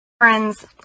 Friends